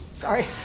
sorry